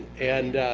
and